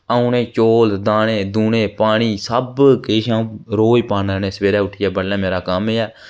आ'ऊं उनेंगी चौल दाने दूने पानी सब किश आ'ऊं रोज पाना सवेरे उट्ठियै बडलै मेरा कम्म एह् ऐ